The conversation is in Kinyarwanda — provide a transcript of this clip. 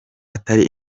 atari